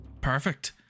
Perfect